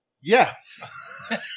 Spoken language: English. Yes